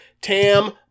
Tam